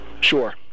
Sure